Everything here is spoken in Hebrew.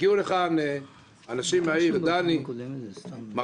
הגיעו לכאן אנשים מהעיר דני, מרסל,